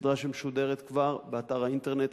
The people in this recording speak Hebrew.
סדרה שמשודרת כבר באתר האינטרנט,